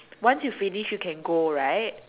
once you finish you can go right